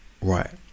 right